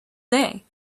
day